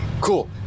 Cool